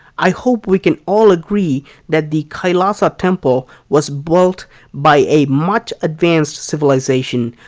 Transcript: i hope we can all agree that the kailasa temple was built by a much advanced civilization,